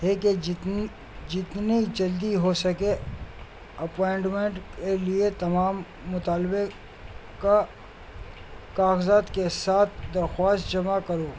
ہے کہ جتنی جتنی جلدی ہو سکے اپوائنٹمنٹ کے لیے تمام مطالبے کا کاغذات کے ساتھ درخواست جمع کرو